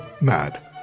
mad